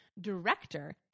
director